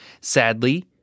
Sadly